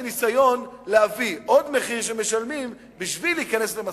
ניסיון להביא עוד מחיר שמשלמים בשביל להיכנס למשא-ומתן.